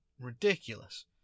ridiculous